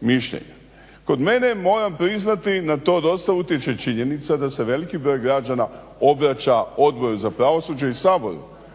mišljenja. Kod mene je moram priznati na to dosta utječe činjenica da se veliki broj građana obraća Odboru za pravosuđe i Saboru